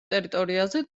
ტერიტორიაზე